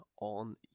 on